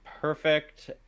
perfect